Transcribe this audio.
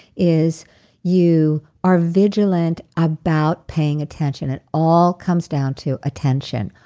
is you are vigilant about paying attention. it all comes down to attention.